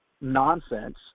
nonsense